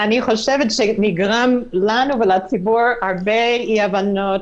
אני חושבת שנגרמו לנו ולציבור הרבה אי-הבנות,